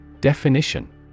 Definition